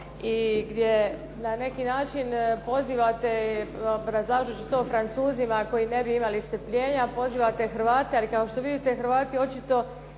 i gdje na neki način pozivate obrazlažući to Francuzima koji ne bi imali strpljenja, pozivate Hrvate ali kao što vidite Hrvati očito